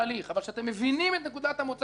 אבל שאתם מבינים את נקודת המוצא שלנו,